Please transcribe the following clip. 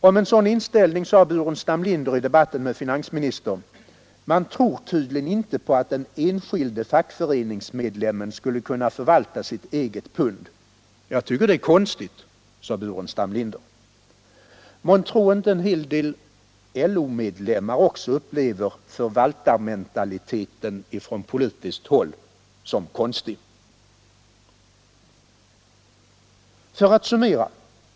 Om en sådan inställning sade herr Burenstam Linder i debatten med finansministern: ”Man tror tydligen inte på att den enskilde fackföreningsmedlemmen skulle kunna förvalta sitt eget pund. Jag tycker det är konstigt.” Månntro inte också en hel del LO-medlemmar upplever förvaltarmentaliteten från politiskt håll som konstig? För att summera.